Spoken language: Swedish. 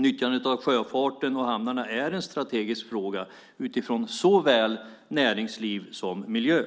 Nyttjandet av sjöfarten och hamnarna är en strategisk fråga utifrån såväl näringsliv som miljö.